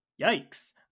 yikes